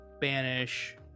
banish